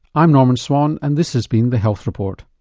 i'm norman swan and this has been the health report.